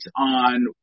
on